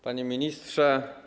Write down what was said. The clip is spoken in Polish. Panie Ministrze!